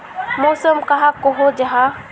मौसम कहाक को जाहा?